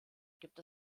gibt